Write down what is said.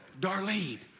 Darlene